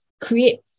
create